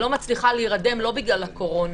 לא בגלל הקורונה,